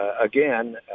again